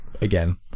again